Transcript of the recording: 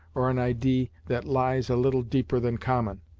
or an idee that lies a little deeper than common,